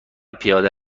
پیاده